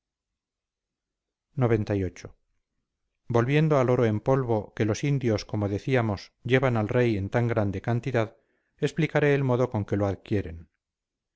xcviii volviendo al oro en polvo que los indios como decíamos llevan al rey en tan grande cantidad explicaré el modo con que lo adquieren